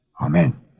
Amen